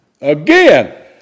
Again